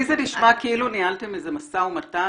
לי זה נשמע כאילו ניהלתם איזה משא ומתן,